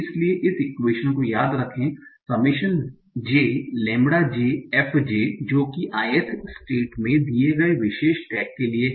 इसलिए इस इक्वेशन को याद रखें summation j lambda j f j जो कि ith स्टेट में दिए गए विशेष टैग के लिए है